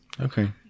Okay